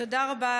תודה רבה.